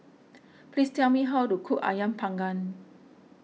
please tell me how to cook Ayam Panggang